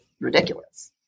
ridiculous